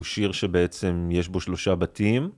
הוא שיר שבעצם יש בו שלושה בתים.